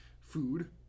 food